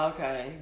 Okay